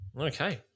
Okay